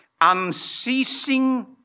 unceasing